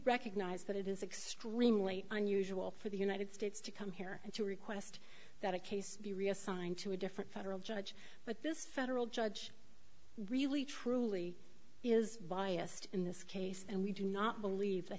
recognize that it is extremely unusual for the united states to come here and to request that a case be reassigned to a different federal judge but this federal judge really truly is biased in this case and we do not believe that